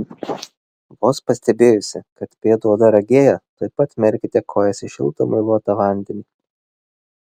vos pastebėjusi kad pėdų oda ragėja tuoj pat merkite kojas į šiltą muiluotą vandenį